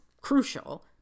crucial